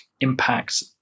impacts